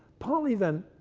partly then,